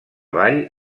ball